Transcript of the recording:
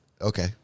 Okay